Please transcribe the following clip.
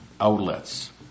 outlets